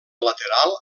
lateral